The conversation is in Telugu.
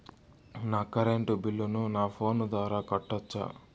నా కరెంటు బిల్లును నా ఫోను ద్వారా కట్టొచ్చా?